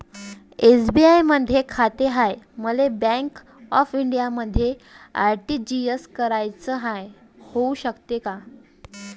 SBI मधी खाते हाय, मले बँक ऑफ इंडियामध्ये आर.टी.जी.एस कराच हाय, होऊ शकते का?